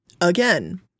Again